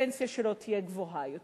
הפנסיה שלו תהיה גבוהה יותר,